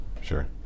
Sure